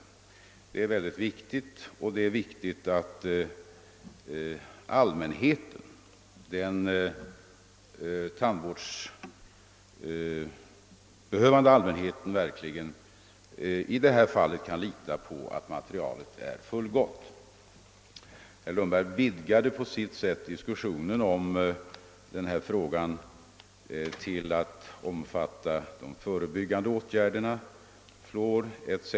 Detta är en mycket viktig uppgift, liksom det är viktigt att den tandvårdsbehövande allmänheten kan lita på att materialet är fullgott. Herr Lundberg vidgade på sitt sätt diskussionen om denna fråga till att omfatta de förebyggande åtgärderna: fluoridering etc.